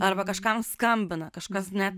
arba kažkam skambina kažkas ne